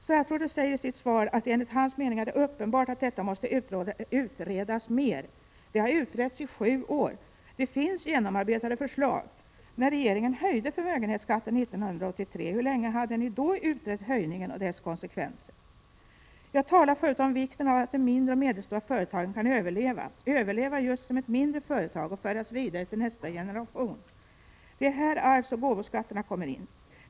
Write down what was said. Finansministern säger i sitt svar att det enligt hans mening är uppenbart att detta måste utredas mer. Det har utretts i sju år. Det finns genomarbetade förslag. När regeringen höjde förmögenhetsskatten 1983, hur länge hade ni utrett den höjningen och dess konsekvenser? Jag talade förut om vikten av att de mindre och medelstora företagen kan överleva, överleva just som mindre företag, och föras vidare till nästa generation. Det är här arvsoch gåvoskatterna kommer in.